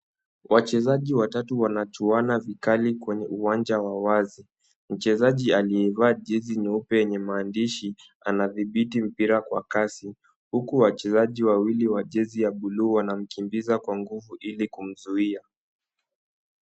Wachezaji watatu wanachuana vikali kwenye uwanja wa wazi. Mchezaji aliyevaa jezi nyeupe lenye maandishi, anadhibiti mpira kwa kasi, huku wachezaji wawili wa jezi la blue wanamkimbiza kwa nguvu ili kumzuia.